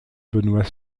benoît